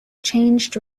changed